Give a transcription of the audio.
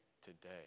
today